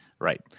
right